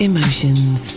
Emotions